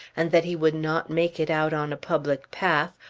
and that he would not make it out on a public path,